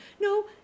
no